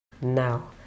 Now